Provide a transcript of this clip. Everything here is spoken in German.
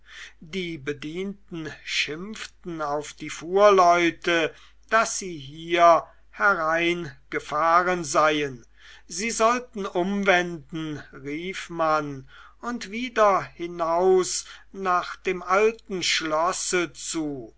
die bedienten schimpften auf die fuhrleute daß sie hier hereingefahren seien sie sollten umwenden rief man und wieder hinaus nach dem alten schlosse zu